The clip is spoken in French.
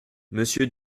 monsieur